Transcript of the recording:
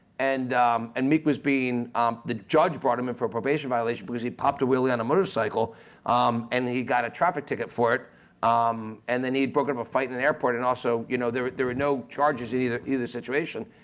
and and meek was being the judge brought him in for a probation violation because he popped a wheelie on a motorcycle and he got a traffic ticket for it um and then he'd broken up a fight in the airport and also you know there there were no charges in either either situation,